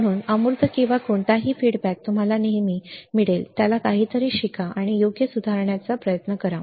म्हणून अमूर्त किंवा कोणताही अभिप्राय तुम्हाला नेहमी मिळेल त्यातून काहीतरी शिका आणि योग्य सुधारण्याचा प्रयत्न करा